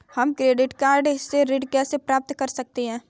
हम credit card से ऋण कैसे प्राप्त कर सकते हैं?